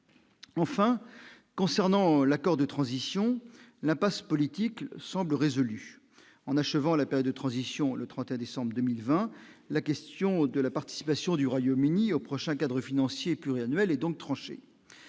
Enfin, concernant l'accord de transition, l'impasse politique semble résolu en achevant la période de transition, le 31 décembre 2020 la question de la participation du Royaume-Uni au prochain cadre financier pluriannuel et donc tranché